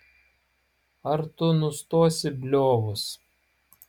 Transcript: ar tu nustosi bliovus